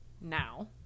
now